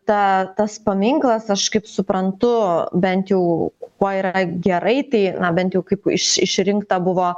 tą tas paminklas aš kaip suprantu bent jau kuo yra gerai tai na bent jau kaip išrinkta buvo